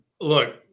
Look